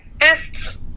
fists